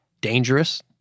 dangerous